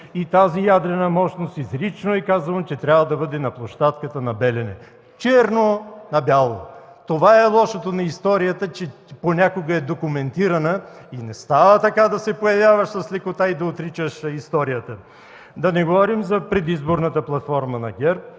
че тази ядрена мощност трябва да бъде на площадката на „Белене” – черно на бяло. Това е лошото на историята, че понякога е документирана и не става да се появяваш, и с лекота да отричаш историята. Да не говорим за предизборната платформа на ГЕРБ,